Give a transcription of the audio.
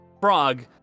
Frog